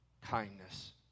kindness